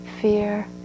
Fear